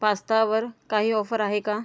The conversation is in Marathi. पास्तावर काही ऑफर आहे का